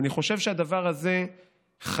ואני חושב שהדבר הזה חשוב,